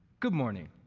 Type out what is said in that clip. good morning.